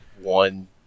one